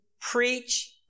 preach